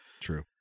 True